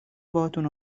باهاتون